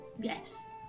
Yes